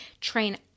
train